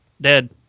dead